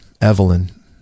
Evelyn